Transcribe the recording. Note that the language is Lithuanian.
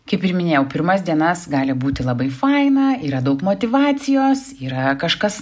kaip ir minėjau pirmas dienas gali būti labai faina yra daug motyvacijos yra kažkas